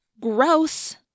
gross